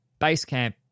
Basecamp